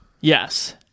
Yes